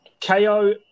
KO